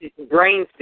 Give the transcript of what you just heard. brainstem